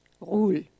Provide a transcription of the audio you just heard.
Rule